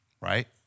Right